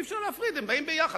אי-אפשר להפריד, הם באים ביחד.